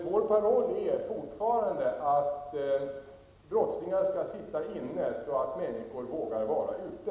Vår paroll är fortfarande att brottslingar skall sitta inne så att människor vågar vara ute.